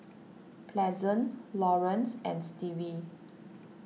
Pleasant Laurence and Stevie